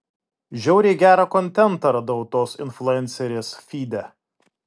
žiauriai gerą kontentą radau tos influencerės fyde